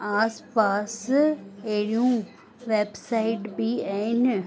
आस पास अहिड़ियूं वेबसाइट बि आहिनि